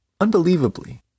unbelievably